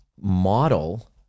model